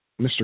Mr